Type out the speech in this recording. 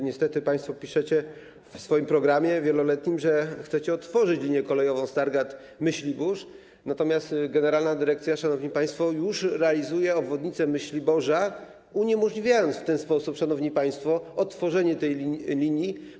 Niestety państwo piszecie w swoim programie wieloletnim, że chcecie otworzyć linię kolejową Stargard - Myślibórz, natomiast generalna dyrekcja, szanowni państwo, już realizuje obwodnicę Myśliborza, uniemożliwiając w tej sposób, szanowni państwo, odtworzenie tej linii.